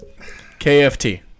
KFT